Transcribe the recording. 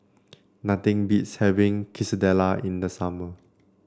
nothing beats having Quesadilla in the summer